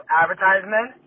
advertisement